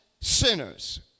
sinners